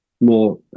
more